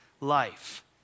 life